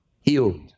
healed